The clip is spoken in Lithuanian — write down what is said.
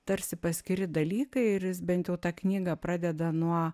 tarsi paskiri dalykai ir jis bent jau tą knygą pradeda nuo